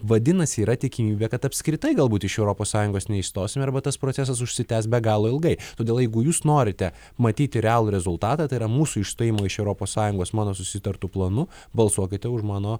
vadinasi yra tikimybė kad apskritai galbūt iš europos sąjungos neišstosime arba tas procesas užsitęs be galo ilgai todėl jeigu jūs norite matyti realų rezultatą tai yra mūsų išstojimo iš europos sąjungos mano susitartu planu balsuokite už mano